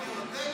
נא להיות בשקט.